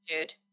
dude